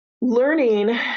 learning